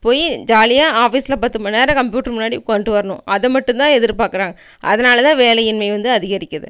போய் ஜாலியாக ஆஃபீஸில் பத்து மண்நேரம் கம்ப்யூட்ரு முன்னாடி உட்காந்ட்டு வரணும் அதை மட்டும் தான் எதிர் பார்க்குறாங்க அதனால் தான் வேலையின்மை வந்து அதிகரிக்கிது